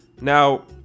Now